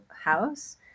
house